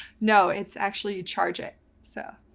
no it's actually you charge it so.